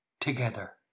together